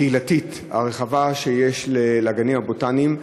הפעילות הקהילתית הרחבה שיש בגנים הבוטניים,